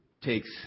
takes